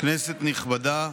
כנסת נכבדה,